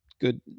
good